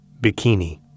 Bikini